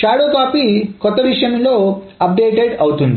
shadow copy కొత్త విషయం లో నవీకరించబడుతుంది